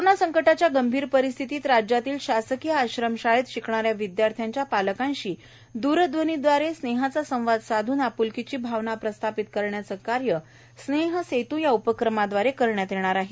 corona संकटाच्या या गंभीर परिस्थितीत राज्यातील शासकीय आश्रमशाळेत शिकणाऱ्या विदयार्थ्यांच्या पालकांशी दुरध्वनीदवारे स्नेहाचा संवाद साधून आप्लकीची भावना प्रस्थापित करण्याचे कार्य स्नेह सेतू या उपक्रमाद्वारे करण्यात येणार आहे